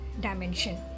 Dimension